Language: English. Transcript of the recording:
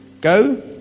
go